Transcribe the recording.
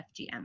FGM